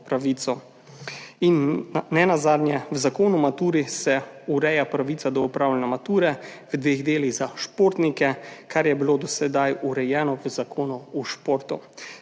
pravico. Nenazadnje, v zakonu o maturi se ureja pravica do opravljanja mature v dveh delih za športnike, kar je bilo do sedaj urejeno v Zakonu o športu.